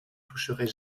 toucherait